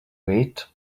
wait